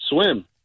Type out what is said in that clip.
swim